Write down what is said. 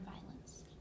violence